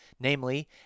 namely